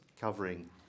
covering